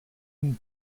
and